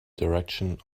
direction